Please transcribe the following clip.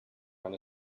kann